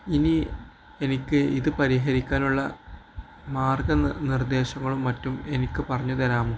ഇനി എനിക്ക് ഇത് പരിഹരിക്കാനുള്ള മാർഗ്ഗ നിർദ്ദേശങ്ങളും മറ്റും എനിക്ക് പറഞ്ഞ് തരാമോ